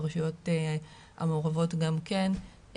ברשויות המעורבות גם כן,